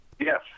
Yes